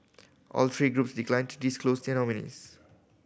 all three groups declined to disclose their nominees